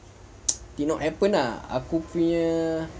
did not happen ah aku punya